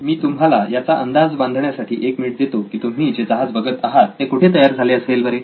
मी तुम्हाला याचा अंदाज बांधण्यासाठी एक मिनिट देतो की तुम्ही जे जहाज बघत आहात ते कुठे तयार झाले असेल बरे